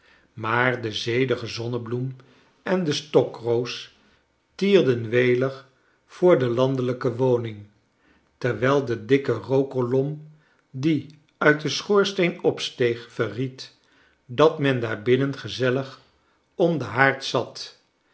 maar de zedige zonnebloem en de stokroos tierden welig voor de landelijke woning terwijl de dikke rookkolom die uit den schoorsteen opsteeg verried dat men daar binnen gezellig om den haard zat